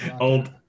old